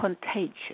contagious